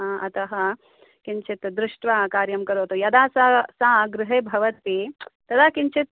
आ अतः किञ्चित् दृष्ट्वा कार्यं करोतु यदा सा सा गृहे भवति तदा किञ्चित्